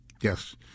Yes